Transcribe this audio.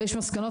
ויש מסקנות.